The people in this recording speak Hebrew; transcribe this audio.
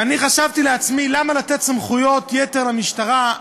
ואני חשבתי לעצמי: למה לתת סמכויות יתר למשטרה?